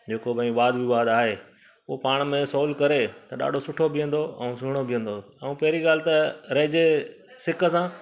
जेको भई वाद विवाद आहे उहो पाण में सोल्व करे त ॾाढो सुठो बीहंदो ऐं सुहिणो बीहंदो ऐं पहिरीं ॻाल्हि त रहिजे सिक सां